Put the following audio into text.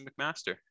McMaster